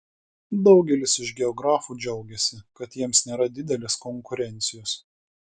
daugelis iš geografų džiaugiasi kad jiems nėra didelės konkurencijos